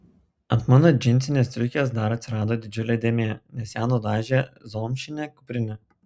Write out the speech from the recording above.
ant mano džinsinės striukės dar atsirado didžiulė dėmė nes ją nudažė zomšinė kuprinė